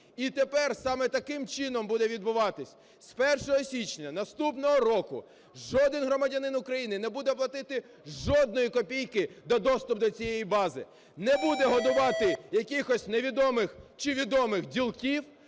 і тепер саме таким чином буде відбуватись. З 1 січня наступного року жоден громадянин України не буде платити жодної копійки за доступ до цієї бази. Не буде годувати якихось невідомих, чи відомих, ділків,